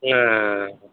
ஆ ஆ ஆ